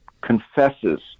confesses